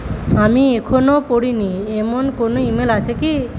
আমি এখনও পড়িনি এমন কোনো ইমেল আছে কি